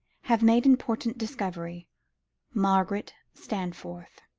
have made important discovery margaret stanforth.